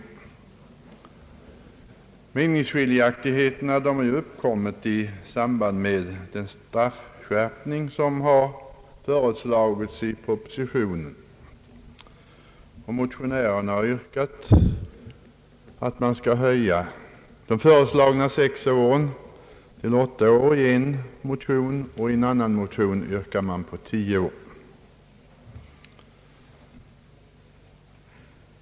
Meningsskiljaktigheter har uppkommit i samband med den straffskärpning som föreslagits i propositionen. I en motion har yrkats en höjning från föreslagna sex år till åtta år, i en annan motion har yrkats en höjning till tio år.